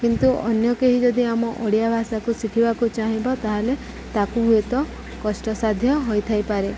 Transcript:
କିନ୍ତୁ ଅନ୍ୟ କେହି ଯଦି ଆମ ଓଡ଼ିଆ ଭାଷାକୁ ଶିଖିବାକୁ ଚାହିଁବ ତାହେଲେ ତାକୁ ହୁଏତ କଷ୍ଟ ସାାଧ୍ୟ ହୋଇଥାଇପାରେ